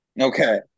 Okay